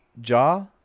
jaw